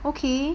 okay